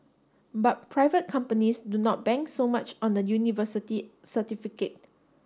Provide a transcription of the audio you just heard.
but private companies do not bank so much on the university certificate